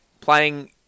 playing